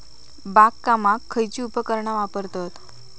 बागकामाक खयची उपकरणा वापरतत?